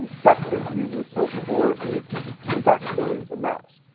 techsoup uses silk for its impact stories and maps.